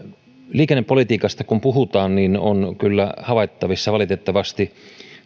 liikennepolitiikasta kun puhutaan niin on kyllä havaittavissa valitettavasti